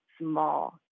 small